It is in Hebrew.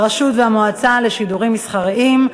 (הרשות והמועצה לשידורים מסחריים),